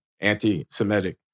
anti-Semitic